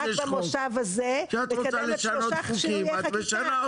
רק במושב הזה --- כשאת רוצה לשנות חוקים את משנה אותם.